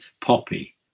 poppy